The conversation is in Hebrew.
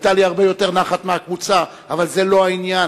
היתה לי הרבה יותר נחת מהקבוצה, אבל זה לא העניין.